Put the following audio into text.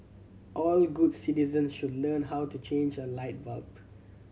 all good citizens should learn how to change a light bulb